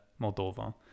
Moldova